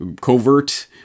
covert